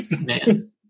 Man